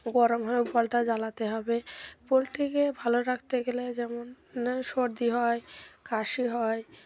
গরম হয়ে বলটা জ্বালাতে হবে পোলট্রিকে ভালো রাখতে গেলে যেমন সর্দি হয় কাশি হয়